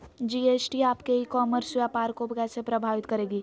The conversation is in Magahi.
जी.एस.टी आपके ई कॉमर्स व्यापार को कैसे प्रभावित करेगी?